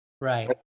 right